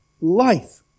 life